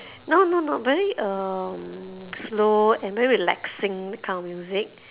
no no no very um slow and very relaxing that kind of music